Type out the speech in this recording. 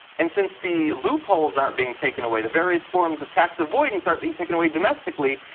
and since the loopholes aren't being taken away, the various forms of tax avoidance aren't being taken away domestic leak,